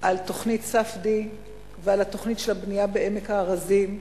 על תוכנית ספדיה ועל התוכנית של הבנייה בעמק הארזים,